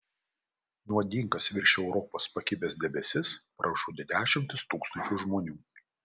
nuodingas virš europos pakibęs debesis pražudė dešimtis tūkstančių žmonių